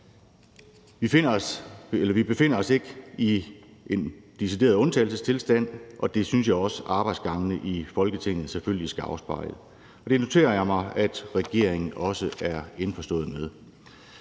Vi befinder os ikke i en decideret undtagelsestilstand, og det synes jeg selvfølgelig også arbejdsgangene i Folketinget skal afspejle. Det noterer jeg mig at regeringen også er indforstået med.